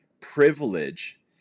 privilege